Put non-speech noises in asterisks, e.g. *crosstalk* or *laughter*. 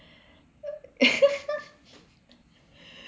*laughs*